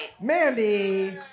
Mandy